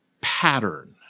pattern